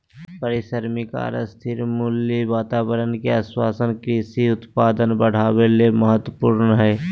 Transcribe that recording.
पारिश्रमिक आर स्थिर मूल्य वातावरण के आश्वाशन कृषि उत्पादन बढ़ावे ले महत्वपूर्ण हई